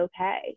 okay